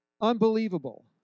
unbelievable